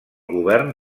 govern